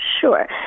Sure